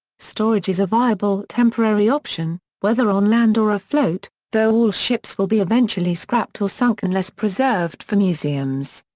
storage is a viable temporary option, whether on land or afloat, though all ships will be eventually scrapped or sunk unless preserved for museums.